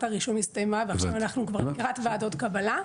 הרישום הסתיימה ועכשיו אנחנו כבר לקראת וועדות קבלה.